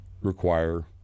require